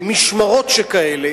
משמרות שכאלה,